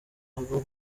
abo